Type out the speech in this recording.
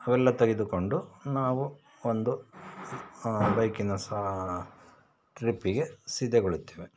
ಅವೆಲ್ಲ ತೆಗೆದುಕೊಂಡು ನಾವು ಒಂದು ಬೈಕಿನ ಸ ಟ್ರಿಪ್ಪಿಗೆ ಸಿದ್ಧಗೊಳ್ಳುತ್ತೇವೆ